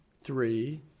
three